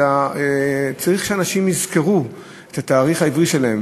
אלא צריך שאנשים יזכרו את התאריך העברי של יום ההולדת שלהם.